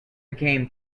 became